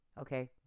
okay